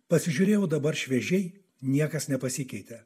pasižiūrėjau dabar šviežiai niekas nepasikeitė